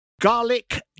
Garlic